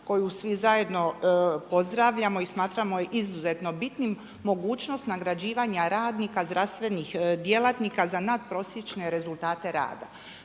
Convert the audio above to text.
koju svi zajedno pozdravljamo i smatramo izuzetno bitnim, mogućnost nagrađivanja radnika, zdravstvenih djelatnika za nadprosječne rezultate rada.